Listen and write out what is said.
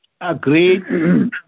Agreed